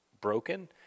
broken